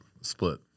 split